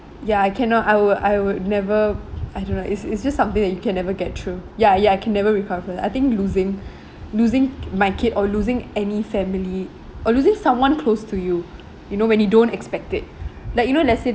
ya I cannot I would I would never I don't know it's it's just something that you can never get through ya ya can never recover I think losing losing my kid or losing any family or losing someone close to you you know when you don't expect it like you know let's say